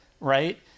Right